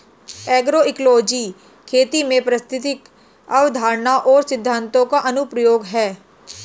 agroecology खेती में पारिस्थितिक अवधारणाओं और सिद्धांतों का अनुप्रयोग है